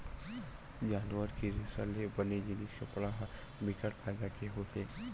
जानवर के रेसा ले बने जिनिस कपड़ा ह बिकट फायदा के होथे